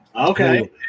Okay